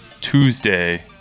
Tuesday